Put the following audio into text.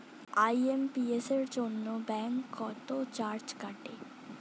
IMPS এর জন্য bank কত চার্জ কাটে?